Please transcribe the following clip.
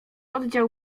oddział